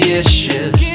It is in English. issues